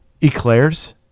Eclairs